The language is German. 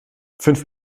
fünf